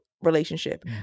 relationship